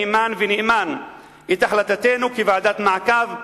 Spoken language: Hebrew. מהימן ונאמן את החלטתנו כוועדת מעקב,